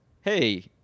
hey